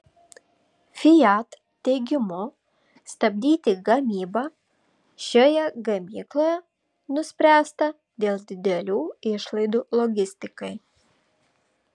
fiat teigimu stabdyti gamybą šioje gamykloje nuspręsta dėl didelių išlaidų logistikai